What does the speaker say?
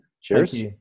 Cheers